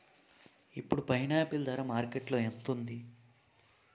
ఇప్పుడు పైనాపిల్ ధర మార్కెట్లో ఎంత ఉంది?